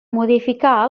modificar